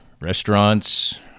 restaurants